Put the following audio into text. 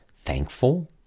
thankful